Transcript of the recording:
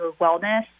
wellness